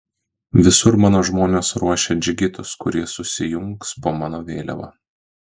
visur mano žmonės ruošia džigitus kurie susijungs po mano vėliava